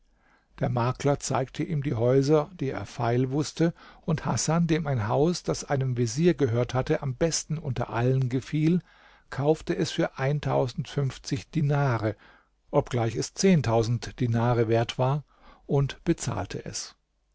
der makler zeigte ihm die häuser die er feil wußte und hasan dem ein haus das einem vezier gehört hatte am besten unter allen gefiel kaufte es für dinare obgleich es dinare wert war und bezahlte es